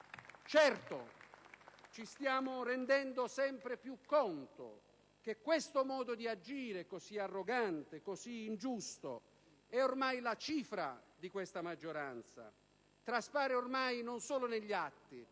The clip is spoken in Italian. Certo, ci stiamo rendendo sempre più conto che questo modo di agire così arrogante ed ingiusto è ormai la cifra di questa maggioranza, e traspare ormai non solo negli atti,